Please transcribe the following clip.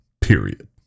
Period